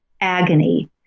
agony